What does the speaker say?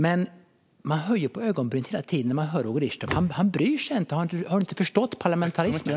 Men man höjer på ögonbrynen när man hör Roger Richtoff. Han bryr sig inte. Han har inte förstått parlamentarismen.